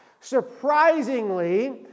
Surprisingly